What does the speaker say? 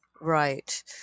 right